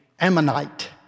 Ammonite